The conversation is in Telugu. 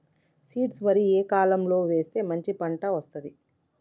సీడ్ వరి ఏ కాలం లో వేస్తే మంచి పంట వస్తది?